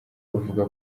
bavuga